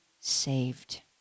saved